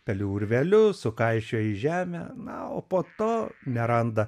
pelių urveliu sukaišioja į žemę na o po to neranda